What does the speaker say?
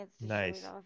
nice